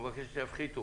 ומבקשת שיפחיתו